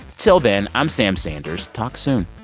till then, i'm sam sanders. talk soon.